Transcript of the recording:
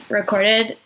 recorded